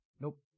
Nope